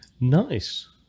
Nice